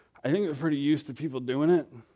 i think they're pretty used to people doing it.